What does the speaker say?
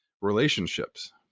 relationships